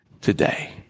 today